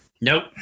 Nope